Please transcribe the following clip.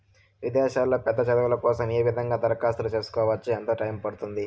విదేశాల్లో పెద్ద చదువు కోసం ఏ విధంగా దరఖాస్తు సేసుకోవచ్చు? ఎంత టైము పడుతుంది?